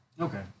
Okay